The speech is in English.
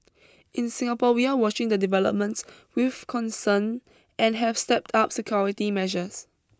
in Singapore we are watching the developments with concern and have stepped up security measures